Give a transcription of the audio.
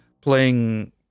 playing